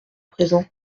présent